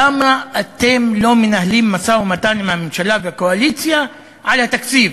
למה אתם לא מנהלים משא-ומתן עם הממשל והקואליציה על התקציב?